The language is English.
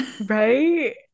Right